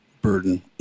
burden